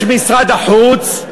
יש משרד החוץ,